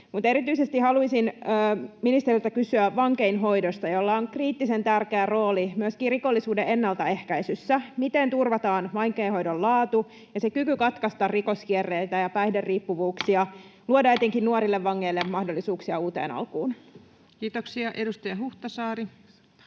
Mutta erityisesti haluaisin ministeriltä kysyä vankeinhoidosta, jolla on kriittisen tärkeä rooli myöskin rikollisuuden ennaltaehkäisyssä. Miten turvataan vankeinhoidon laatu ja se kyky katkaista rikoskierteitä ja päihderiippuvuuksia ja luodaan etenkin nuorille vangeille mahdollisuuksia uuteen alkuun? [Speech 209] Speaker: